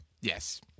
Yes